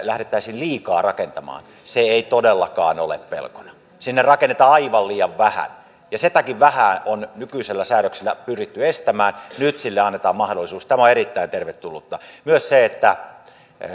lähdettäisiin liikaa rakentamaan mutta se ei todellakaan ole pelkona se on aivan selvää sinne rakennetaan aivan liian vähän ja sitäkin vähää on nykyisillä säädöksillä pyritty estämään nyt sille annetaan mahdollisuus tämä on erittäin tervetullutta myös se että